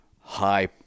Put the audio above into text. high